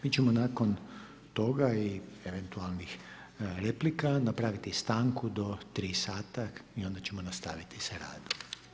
Mi ćemo nakon toga i eventualnih replika napraviti stanku do 15,00 i onda ćemo napraviti sa radom.